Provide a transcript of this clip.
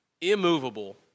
immovable